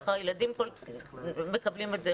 איך הילדים מקבלים את זה,